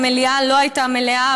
המליאה לא הייתה מלאה,